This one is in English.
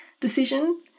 decision